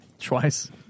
Twice